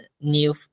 new